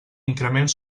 increment